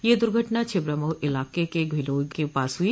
यह दुर्घटना छिबरामऊ इलाके के घिलोई गांव के पास हुई